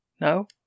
No